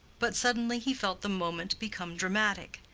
but suddenly he felt the moment become dramatic.